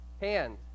Hand